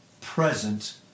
present